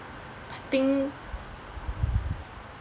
I think